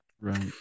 Right